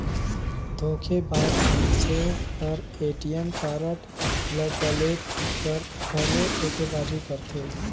धोखेबाज मइनसे हर ए.टी.एम कारड ल बलेद कर घलो धोखेबाजी करथे